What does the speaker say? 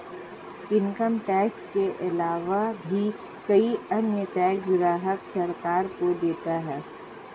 income tax के आलावा भी कई अन्य टैक्स ग्राहक सरकार को देता है